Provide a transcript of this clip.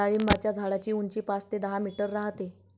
डाळिंबाच्या झाडाची उंची पाच ते दहा मीटर राहते